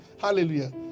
Hallelujah